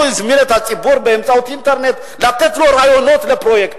הוא הזמין את הציבור באמצעות האינטרנט לתת לו רעיונות לפרויקטים.